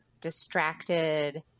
distracted